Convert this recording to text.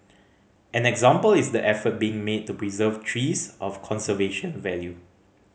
an example is the effort being made to preserve trees of conservation value